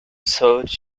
sold